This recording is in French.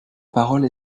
parole